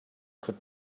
could